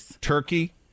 Turkey